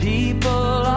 People